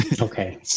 Okay